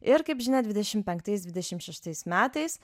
ir kaip žinia dvidešim penktais dvidešim šeštais metais